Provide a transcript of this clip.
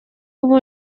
ubu